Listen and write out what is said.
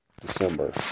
December